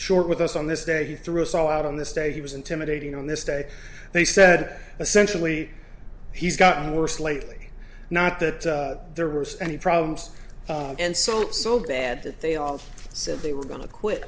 short with us on this day he threw us all out on this day he was intimidating on this day they said essentially he's gotten worse lately not that there was any problems and so soledad that they all said they were going to quit